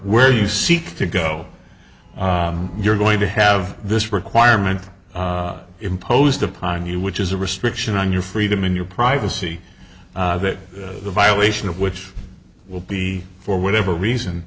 where you seek to go you're going to have this requirement imposed upon you which is a restriction on your freedom and your privacy that the violation of which will be for whatever reason